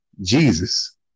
Jesus